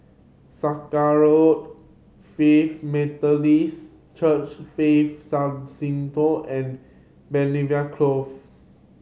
Sakra Road Faith Methodist Church Faith and Belvedere Close